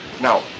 Now